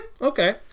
okay